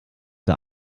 der